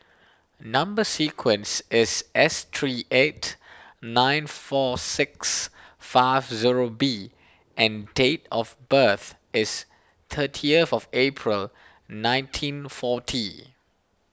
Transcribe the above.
Number Sequence is S three eight nine four six five zero B and date of birth is thirtieth April nineteen forty